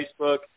Facebook